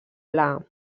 pla